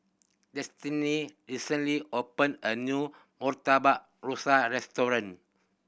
Destini recently opened a new Murtabak Rusa restaurant